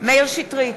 מאיר שטרית,